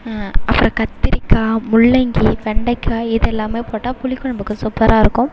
அப்புறம் கத்திரிக்காய் முள்ளங்கி வெண்டைக்காய் இதெல்லாமே போட்டா புளிக்குழம்புக்கு சூப்பராக இருக்கும்